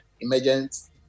emergence